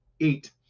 eight